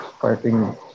fighting